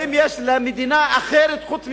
האם יש למדינה אחרת חוץ ממנה?